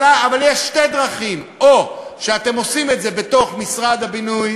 אבל יש שתי דרכים: או שאתם עושים את זה בתוך משרד הבינוי